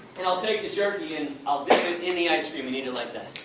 and i'll take the jerky and i'll dip it in the ice cream and eat it like that.